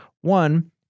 one